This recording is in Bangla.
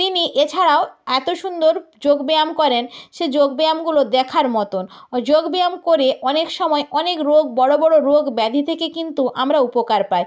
তিনি এছাড়াও এত সুন্দর যোগব্যায়াম করেন সে যোগব্যায়ামগুলো দেখার মতন যোগব্যায়াম করে অনেক সময় অনেক রোগ বড় বড় রোগ ব্যাধি থেকে কিন্তু আমরা উপকার পাই